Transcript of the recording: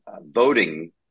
voting